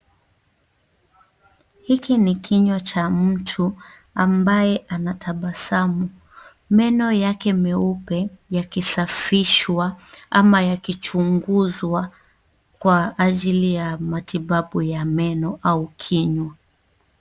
Hiki ni kinywa cha mtu ambaye anatabasamu. Meno yake meupe yakisafishwa ama yakichunguzwa kwa ajili ya matibabu ya meno au kinywa.